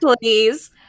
please